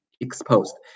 exposed